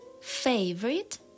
Favorite